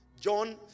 John